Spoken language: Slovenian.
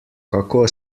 kako